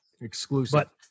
exclusive